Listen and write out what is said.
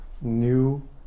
new